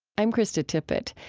i'm krista tippett.